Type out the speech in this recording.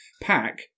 Pack